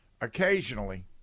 occasionally